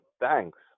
thanks